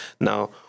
Now